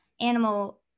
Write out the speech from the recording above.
animal